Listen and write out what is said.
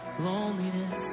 loneliness